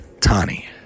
Tani